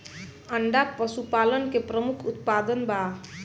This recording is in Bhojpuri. अंडा पशुपालन के प्रमुख उत्पाद बा